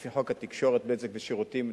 לפי חוק התקשורת (בזק ושידורים),